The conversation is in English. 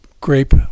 grape